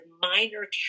minor